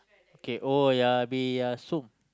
okay oh-yah-peh-yah-som